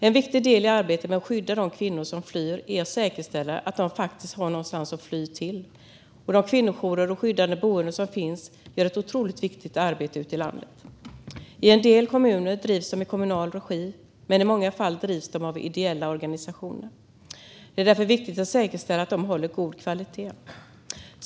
En viktig del i arbetet med att skydda de kvinnor som flyr är att säkerställa att de faktiskt har någonstans att fly till. De kvinnojourer och skyddade boenden som finns gör ett otroligt viktigt arbete ute i landet. I en del kommuner drivs de i kommunal regi, men i många fall drivs de av ideella organisationer. Det är därför viktigt att säkerställa att de håller god kvalitet.